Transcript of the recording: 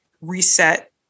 reset